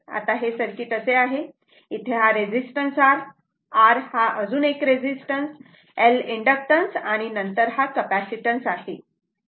आता हे सर्किट असे आहे इथे हा रेजिस्टन्स R r हा अजून एक रेजिस्टन्स L इन्डक्टन्स आणि नंतर हा कॅपॅसिटन्स आहे